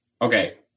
Okay